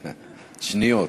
שניות.